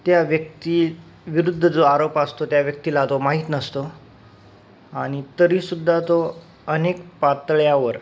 त्या व्यक्ती विरुद्ध जो आरोप असतो त्या व्यक्तीला तो माहीत नसतो आणि तरी सुद्धा तो अनेक पातळ्यावर